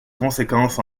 conséquences